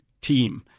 Team